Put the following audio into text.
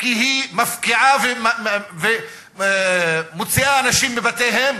כי היא מפקיעה ומוציאה אנשים מבתיהם.